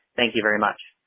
thank you very much.